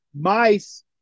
mice